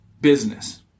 business